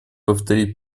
повторить